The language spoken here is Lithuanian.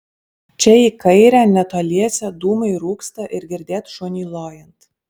čia į kairę netoliese dūmai rūksta ir girdėt šunį lojant